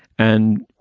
and,